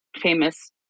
famous